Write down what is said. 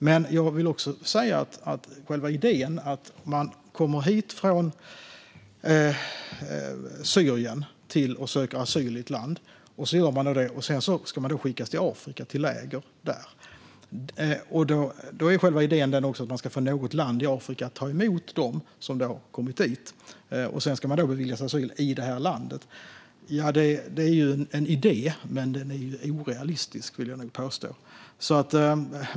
Men jag vill också säga att själva idén är att man kommer från Syrien och söker asyl i ett land här. Sedan ska man skickas till ett läger i Afrika. Då är själva idén att något land i Afrika ska ta emot den som har kommit dit. Sedan ska man beviljas asyl i detta land. Det är en idé, men jag vill nog påstå att den är orealistisk.